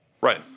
Right